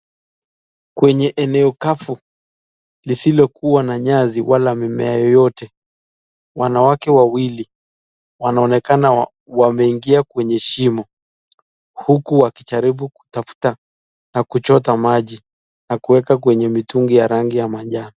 Kwenye eneo kavu lisilo kuwa na nyasi wala mimea yoyote wanawake wawili wanaonekana wameingia kwenye shimo huku wakijaribu kutafuta na kuchota maji na kuweka kwenye mitungi ya rangi ya manjano.